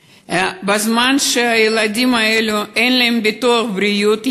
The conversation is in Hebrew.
בזמן שהילדים האלה אין להם ביטוח בריאות,